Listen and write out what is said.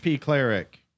cleric